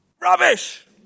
Rubbish